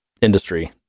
industry